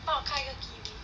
帮我开一个 kiwi